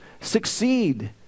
succeed